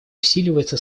усиливается